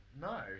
no